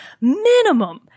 minimum